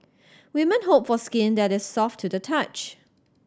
women hope for skin that is soft to the touch